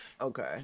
okay